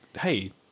hey